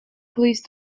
police